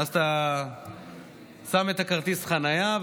ואז אתה שם את כרטיס החניה,